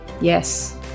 Yes